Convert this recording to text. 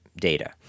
data